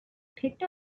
picked